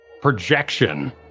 projection